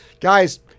guys